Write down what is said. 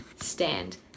Stand